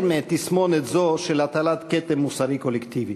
מתסמונת זו של הטלת כתם מוסרי קולקטיבי.